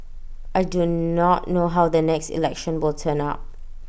I do not know how the next election will turn out